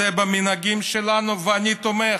זה במנהגים שלנו ואני תומך,